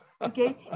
Okay